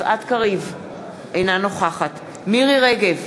אינה נוכחת מירי רגב,